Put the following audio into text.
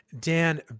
Dan